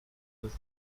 this